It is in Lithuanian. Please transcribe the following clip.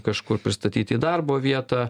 kažkur pristatyti į darbo vietą